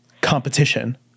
competition